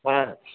হ্যাঁ